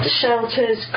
shelters